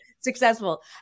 successful